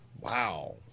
wow